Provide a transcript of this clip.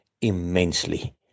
immensely